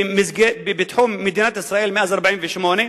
בתחום מדינת ישראל, מאז 1948,